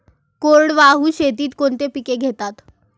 कोरडवाहू शेतीत कोणती पिके घेतात?